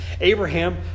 Abraham